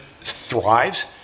thrives